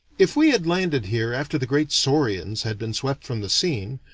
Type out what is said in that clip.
if we had landed here after the great saurians had been swept from the scene,